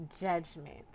judgment